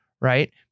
Right